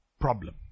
problem